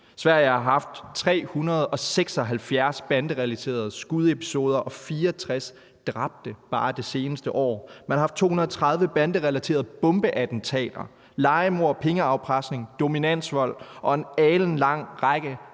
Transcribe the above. Sverige har haft 376 banderelaterede skudepisoder og 64 dræbte bare det seneste år. Man har haft 230 banderelaterede bombeattentater, lejemord, pengeafpresning, dominansvold og en alenlang række